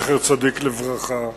זכר צדיק לברכה.